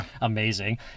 amazing